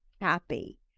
happy